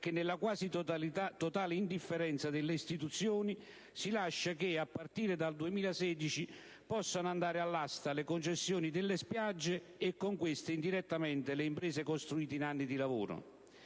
che, nella quasi totale indifferenza delle istituzioni, si lascia che, a partire dal 2016, possano andare all'asta le concessioni delle spiagge, e con queste, indirettamente, le imprese costruite in anni di lavoro.